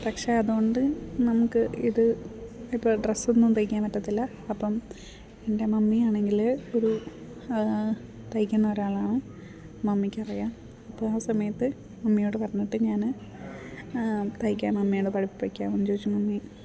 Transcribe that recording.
പക്ഷേ അതുകൊണ്ട് നമുക്ക് ഇത് ഇപ്പം ഡ്രസ്സ് ഒന്നും തയ്ക്കാൻ പറ്റത്തില്ല അപ്പം എൻ്റെ മമ്മിയാണെങ്കിൽ ഒരു തയ്ക്കുന്ന ഒരാളാണ് മമ്മിക്കറിയാം അപ്പം ആ സമയത്ത് മമ്മിയോട് പറഞ്ഞിട്ട് ഞാൻ തയ്ക്കാൻ മമ്മിയോട് പഠിപ്പിക്കാമോ എന്ന് ചോദിച്ചു മമ്മി